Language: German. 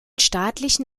staatlichen